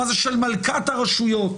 של מלכת הרשויות.